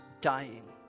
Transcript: dying